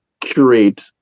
curate